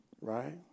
Right